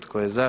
Tko je za?